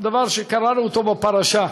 דבר שקראנו בפרשה,